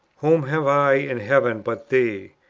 whom have i in heaven but thee?